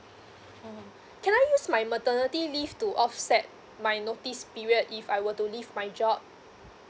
mm can I use my maternity leave to offset my notice period if I were to leave my job